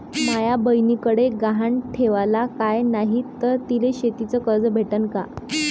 माया बयनीकडे गहान ठेवाला काय नाही तर तिले शेतीच कर्ज भेटन का?